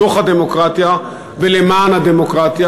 בתוך הדמוקרטיה ולמען הדמוקרטיה,